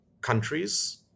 countries